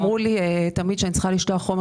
אמרו לי שתמיד אני צריכה לשלוח חומר